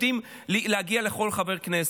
יודעים להגיע לכל חבר כנסת.